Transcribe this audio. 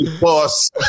Boss